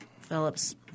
Phillips